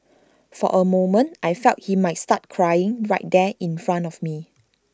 for A moment I feel he might start crying right there in front of me